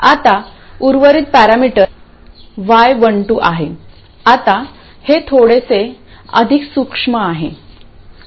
आता उर्वरित parameter y12 आहे आता हे थोडे अधिक सूक्ष्म आहे